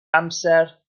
amser